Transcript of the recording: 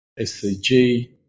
SCG